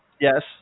Yes